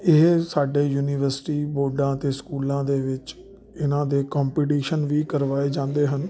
ਇਹ ਸਾਡੇ ਯੂਨੀਵਰਸਿਟੀ ਬੋਰਡਾਂ ਅਤੇ ਸਕੂਲਾਂ ਦੇ ਵਿੱਚ ਇਹਨਾਂ ਦੇ ਕੰਪਟੀਸ਼ਨ ਵੀ ਕਰਵਾਏ ਜਾਂਦੇ ਹਨ